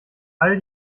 all